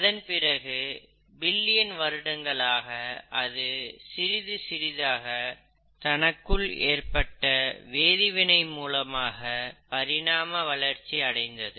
அதன்பிறகு பில்லியன் வருடங்களாக அது சிறிது சிறிதாக தனக்குள் ஏற்பட்ட வேதிவினை மூலமாக பரிணாம வளர்ச்சி அடைந்தது